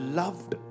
loved